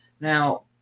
Now